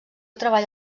treball